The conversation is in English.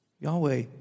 Yahweh